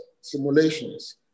simulations